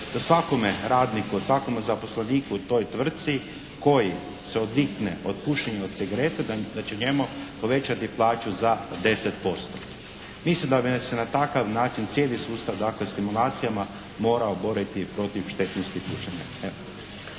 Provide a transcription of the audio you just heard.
da svakome radniku, svakome zaposleniku u toj tvrtci koji se odvikne od pušenja od cigarete da će njemu povećati plaću za 10%. Mislim da bi se na takav način cijeli sustav dakle stimulacijama morao boriti protiv štetnosti pušenja.